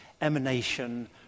emanation